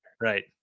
Right